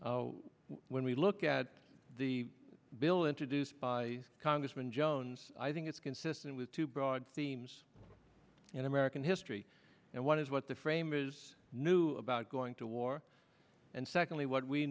war when we look at the bill introduced by congressman jones i think it's consistent with two broad themes in american history and one is what the framers knew about going to war and secondly what we